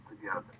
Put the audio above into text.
together